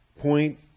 Point